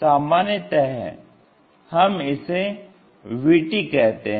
सामान्यतः हम इसे VT कहते हैं